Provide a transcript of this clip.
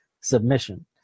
Submission